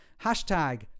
Hashtag